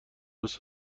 درست